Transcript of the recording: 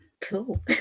Cool